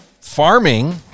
farming